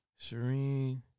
Shireen